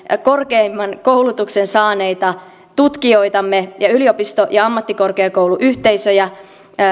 korkeimman koulutuksen saaneita tutkijoitamme ja yliopisto ja ammattikorkeakouluyhteisöjä